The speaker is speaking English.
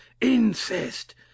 incest